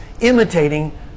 imitating